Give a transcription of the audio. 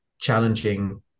challenging